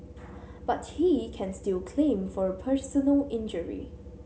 but he can still claim for personal injury